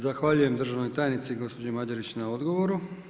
Zahvaljujem državnoj tajnici gospođi Mađerić na odgovoru.